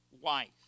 wife